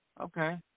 Okay